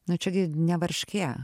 nu čia gi ne varškė